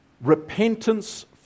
repentance